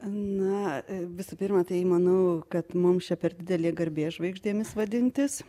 na visų pirma tai manau kad mums čia per didelė garbė žvaigždėmis vadintis